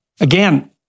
again